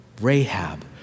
Rahab